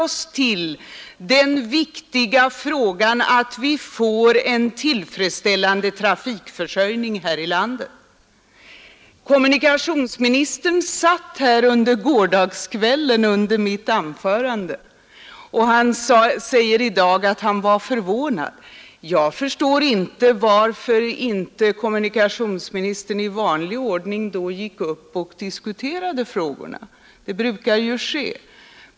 Just nu är det viktigaste, att vi får en tillfredsställande trafikförsörjning här i landet. Kommunikationsministern satt här under mitt anförande i går kväll, och han säger i dag att han var förvånad. Jag förstår inte varför kommunikationsministern inte i vanlig ordning då diskuterade frågorna — det brukar ju ske.